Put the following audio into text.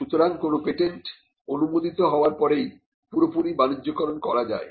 সুতরাং কোন পেটেন্ট অনুমোদিত হবার পরে ই পুরোপুরি বাণিজ্যকরন করা যায়